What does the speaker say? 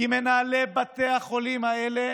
כי מנהלי בתי החולים האלה